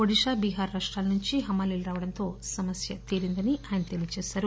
ఒడిశా బిహార్ రాష్టాల నుంచి హమాలీలు రావడంతో సమస్య తీరిందని తెలిపారు